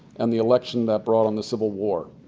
and the election that brought on the civil war.